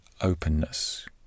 openness